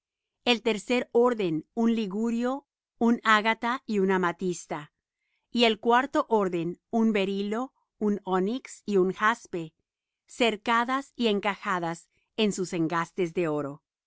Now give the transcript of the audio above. el tercer orden un ligurio un ágata y un amatista y el cuarto orden un berilo un onix y un jaspe cercadas y encajadas en sus engastes de oro las